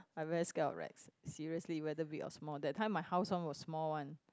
I very scared of rats seriously whether big or small that time my house one was small one